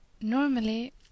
Normally